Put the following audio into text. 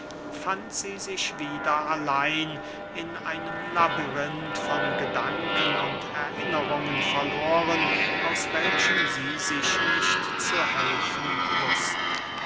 fand sie sich wieder allein in einem labyrinth von gedanken und erinnerungen verloren aus welchem sie sich nicht zu helfen wußte